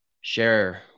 share